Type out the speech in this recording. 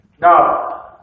Now